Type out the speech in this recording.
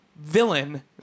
villain